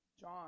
John